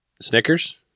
Snickers